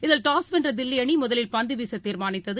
இதில் டாஸ் வென்றதில்லிஅணிமுதலில் பந்துவீசதீர்மானித்தது